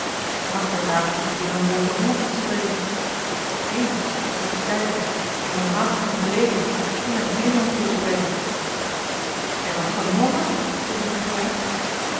want ik snakte er naar weer een woordje hollandsch te spreken eens laat eens kijken dat is nu wel een maand of tien geleden toen heb ik nederlandsch hooren spreken en was dat een hollander vroeg willem gejaagd